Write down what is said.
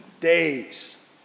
days